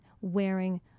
wearing